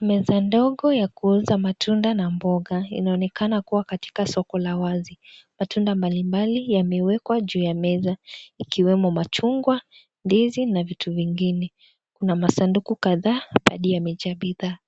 Meza ndogo ya kuuza matunda na mboga inaonekana kuwa katika soko la wazi matunda mbali mbali yamewekwa juu ya meza ikiwemo machungwa ndizi na vitu vingine ,na masanduku kadhaa hadi yameja bidhaa